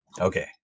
Okay